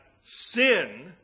sin